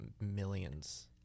millions